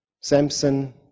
Samson